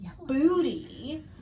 booty